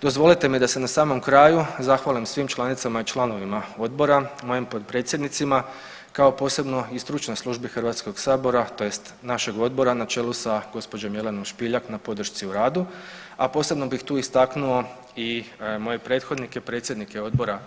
Dozvolite mi da se na samom kraju zahvalim svim članicama i članovima odbora, mojim potpredsjednicima kao posebno i stručnoj službi Hrvatskog sabora tj. našeg odbora na čelu sa gospođom Jelenom Špiljak na podršci u radu, a posebno bih tu istaknuo i moje prethodnike, predsjednike Odbora